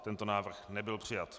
Tento návrh nebyl přijat.